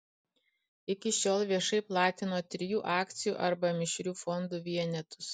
iki šiol viešai platino trijų akcijų arba mišrių fondų vienetus